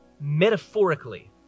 metaphorically